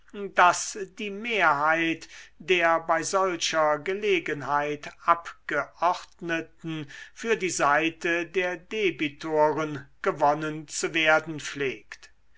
daß die mehrheit der bei solcher gelegenheit abgeordneten für die seite der debitoren gewonnen zu werden pflegt